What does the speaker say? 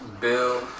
Bill